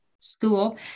school